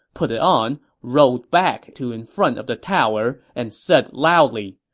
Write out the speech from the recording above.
put it on, rode back to in front of the tower and said loudly,